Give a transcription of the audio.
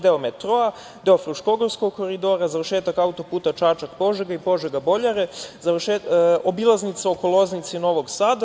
Deo metroa, deo Fruškogorskog koridora, završetak auto-puta Čačak-Požega i Požega-Boljare, obilaznica oko Loznice i Novog Sada.